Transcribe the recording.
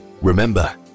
Remember